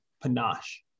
panache